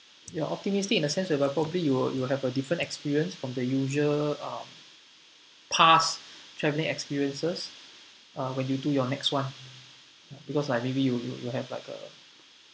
you're optimistic in the sense whereby probably you will you will have a different experience from the usual um past travelling experiences uh when you do your next one because like maybe you you you have like a